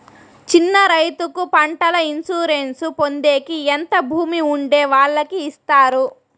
చిన్న రైతుకు పంటల ఇన్సూరెన్సు పొందేకి ఎంత భూమి ఉండే వాళ్ళకి ఇస్తారు?